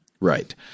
Right